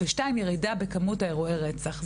2. ירידה בכמות אירועי הרצח.